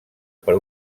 per